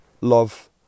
love